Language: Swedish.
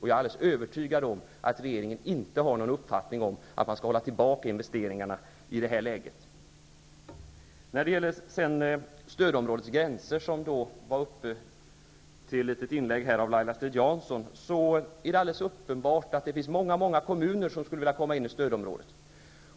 Jag är alldeles övertygad om att regeringen inte har uppfattningen att man i det här läget skall hålla tillbaka investeringar. När det gäller stödområdets gränser, som berördes i ett inlägg av Laila Strid-Jansson, är det alldeles uppenbart att det finns många kommuner som skulle vilja räknas till stödområdet.